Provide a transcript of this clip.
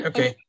Okay